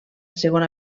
segona